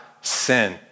sin